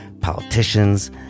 politicians